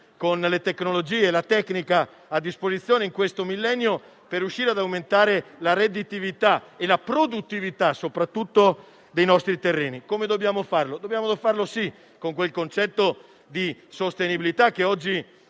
con le tecnologie e la tecnica a disposizione in questo millennio per riuscire ad aumentare la redditività e la produttività, soprattutto dei nostri terreni. Come dobbiamo fare? Dobbiamo farlo con quel concetto di sostenibilità che oggi